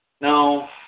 no